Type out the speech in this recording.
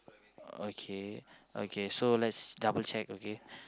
okay okay so let's double check okay